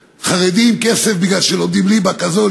חרדיים כסף מפני שלא לומדים ליבה כזו,